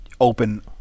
open